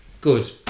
good